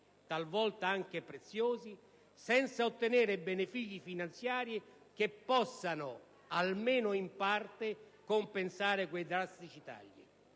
talvolta anche preziosi, senza ottenere benefici finanziari che possano almeno in parte compensare quei drastici tagli.